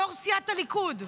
יו"ר סיעת הליכוד.